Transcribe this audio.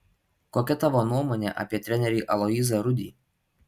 kokia tavo nuomonė apie trenerį aloyzą rudį